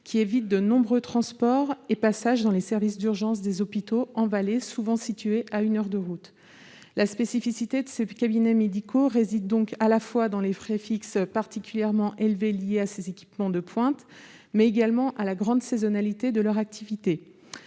qui évite de nombreux transports et passages dans les services d'urgence des hôpitaux en vallée, souvent situés à une heure de route. La spécificité de ces cabinets médicaux réside à la fois dans les frais fixes particulièrement élevés liés à ces équipements de pointe et à la grande saisonnalité de leur activité.